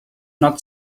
not